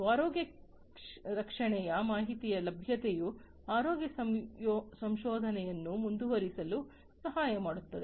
ಆರೋಗ್ಯ ರಕ್ಷಣೆಯ ಮಾಹಿತಿಯ ಲಭ್ಯತೆಯು ಆರೋಗ್ಯ ಸಂಶೋಧನೆಯನ್ನು ಮುಂದುವರಿಸಲು ಸಹಾಯ ಮಾಡುತ್ತದೆ